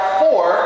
four